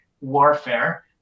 warfare